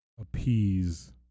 appease